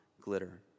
glitter